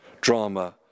drama